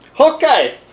Okay